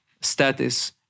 status